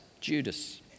Judas